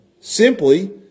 simply